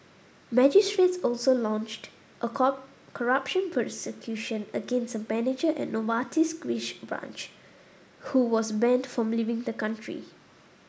magistrates also launched a corruption prosecution against a manager at Novartis's Greek branch who was banned from leaving the country